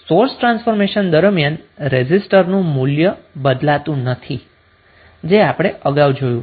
source transformation દરમિયાન રેઝિસ્ટરનું મૂલ્ય બદલાતું નથી જે આપણે અગાઉ જોયું